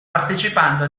partecipando